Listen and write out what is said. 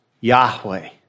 Yahweh